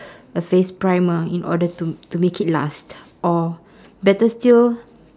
a face primer in order to to make it last or better still